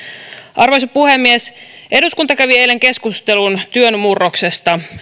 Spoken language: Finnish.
arvoisa puhemies eduskunta kävi eilen keskustelun työn murroksesta